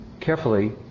Carefully